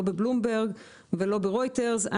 לא בבלומברג ולא ברויטרס.